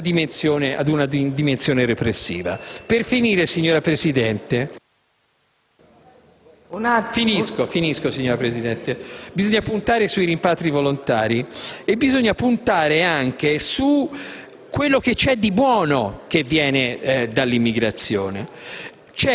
ad una dimensione repressiva. Per finire, signora Presidente, bisogna puntare sui rimpatri volontari ed anche su quello che c'è di buono che viene dall'immigrazione.